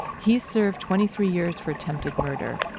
he's served twenty three years for attempted murder.